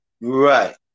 right